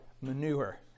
manure